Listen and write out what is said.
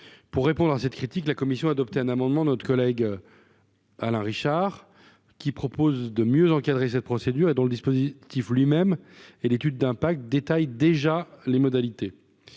pour répondre à cette critique, la commission a adopté un amendement notre collègue Alain Richard, qui propose de mieux encadrer cette procédure et dans le dispositif lui-même et l'étude d'impact, détaille déjà les modalités,